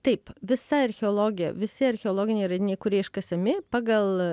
taip visa archeologija visi archeologiniai radiniai kurie iškasami pagal